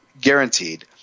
guaranteed